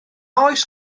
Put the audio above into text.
oes